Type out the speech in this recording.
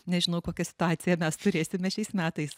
nežinau kokią situaciją mes turėsime šiais metais